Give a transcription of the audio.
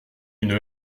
une